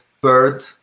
bird